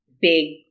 big –